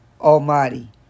Almighty